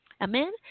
Amen